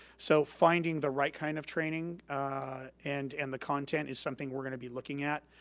so finding the right kind of training and and the content is something we're gonna be looking at